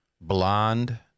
blonde